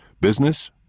business